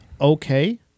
okay